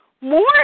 more